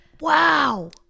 wow